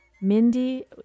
Mindy